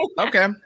okay